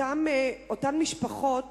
אותן משפחות